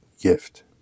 gift